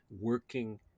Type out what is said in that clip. working